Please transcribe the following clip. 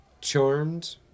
charmed